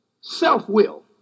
self-will